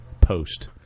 Post